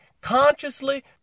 consciously